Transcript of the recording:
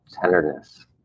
tenderness